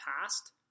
past